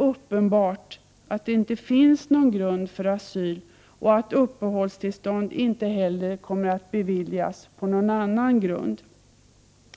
1988/89:125 inte finns någon grund för asyl och att uppehållstillstånd inte heller kommer 31 maj 1989 att beviljas på någon annan grund.